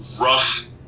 rough